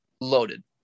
loaded